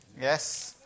yes